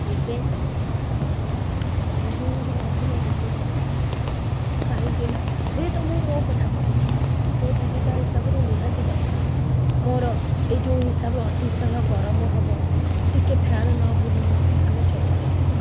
ଏବେ ବିଜୁଳିରେ ନହେଲେ ଲୋକ ଚଳିପାରିବେନି କାହିଁକିନା ହୁଏତ ମୁଁ ମୋ କଥା କହୁଛି ମୋ ଜୀବିକା ହିସାବରୁ ନିହାତି ଦରକାର ମୋର ଏଇ ଯେଉଁ ହିସାବ ଅତିଶୟ ଗରମ ହେବ ଟିକେ ଫ୍ୟାନ୍ ନ ବୁଲିଲେ ଆମେ ଚଳିପାରିବୁନୁ